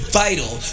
vital